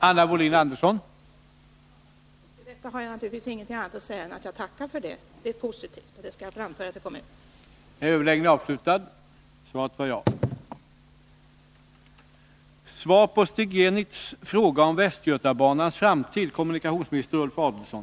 Herr talman! Till detta uttalande har jag naturligtvis ingenting annat att säga än att jag tackar för det. Det är positivt, och jag skall framföra det till kommunen.